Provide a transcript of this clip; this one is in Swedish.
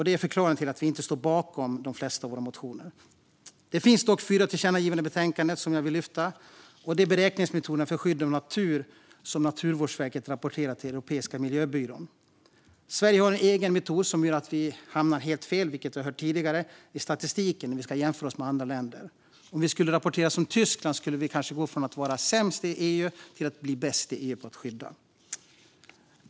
Det är förklaringen till att vi i dag inte står bakom de flesta av våra motioner. Det finns dock fyra förslag på tillkännagivanden i betänkandet som jag vill ta upp. Det första handlar om beräkningsmetoderna för skydd av natur som Naturvårdsverket rapporterar till Europeiska miljöbyrån. Sverige har en egen metod som gör att vi hamnar helt fel i statistiken när vi ska jämföra oss med andra länder. Om vi skulle rapportera som till exempel Tyskland skulle vi kanske gå från att vara sämst i EU till att vara bäst.